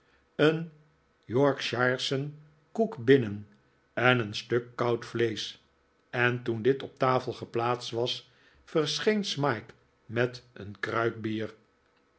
een yorkshireschen koek birinen en een stuk koud vleesch en toen dit op tafel geplaatst was verscheen smike met een kruik bier